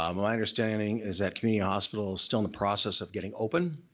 um my understanding is that community hospitals still in the process of getting open,